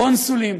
קונסולים,